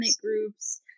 groups